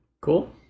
cool